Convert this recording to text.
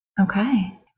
Okay